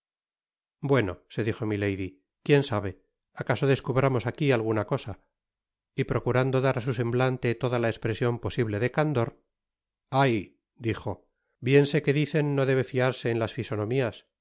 bueno se dijo milady quién sabe acaso descubramos aquí alguna cosa y procurando dar á su semblante toda la espresion posible de candor ay dijo bien sé que dicen no debe fiarse en las fi onomías